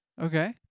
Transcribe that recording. Okay